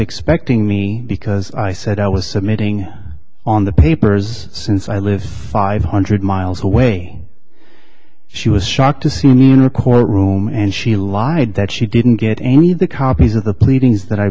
expecting me because i said i was submitting on the papers since i live five hundred miles away she was shocked to see me in a courtroom and she lied that she didn't get any of the copies of the